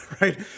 right